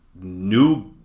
new